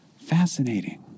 Fascinating